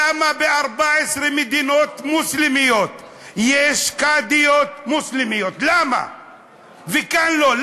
למה ב-14 מדינות מוסלמיות יש קאדיות מוסלמיות וכאן לא?